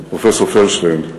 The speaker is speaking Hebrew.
פרופסור פלדשטיין,